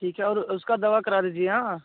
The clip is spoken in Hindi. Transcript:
ठीक है और उसकी दवा करा दीजिएगा हाँ